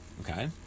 okay